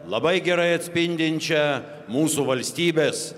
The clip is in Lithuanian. labai gerai atspindinčia mūsų valstybės